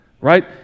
right